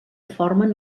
formen